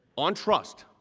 on trust.